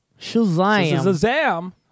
Shazam